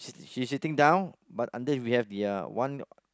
she sitting down but under we have the uh one